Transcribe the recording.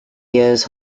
years